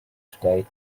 today